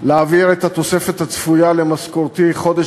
להעביר את התוספת הצפויה למשכורתי חודש